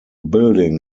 building